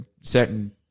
certain